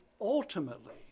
ultimately